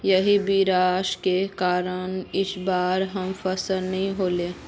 यही बारिश के कारण इ बार हमर फसल नय होले?